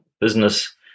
business